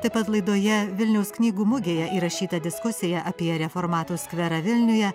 taip pat laidoje vilniaus knygų mugėje įrašyta diskusija apie reformatų skverą vilniuje